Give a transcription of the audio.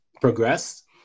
progressed